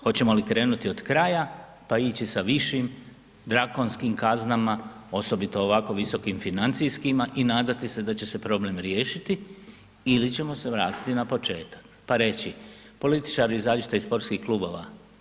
Hoćemo li krenuti od kraja pa ići sa višim drakonskim kaznama, osobito ovako visokim financijskima i nadati se da će se problem riješiti ili ćemo se vratiti na početak pa reći, političari, izađite iz sportskih klubova.